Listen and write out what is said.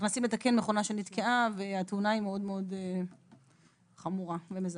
נכנסים לתקן מכונה שנתקעה והתאונה היא מאוד חמורה ומזעזעת.